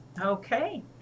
Okay